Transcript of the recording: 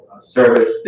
service